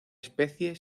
especie